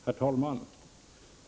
Herr talman!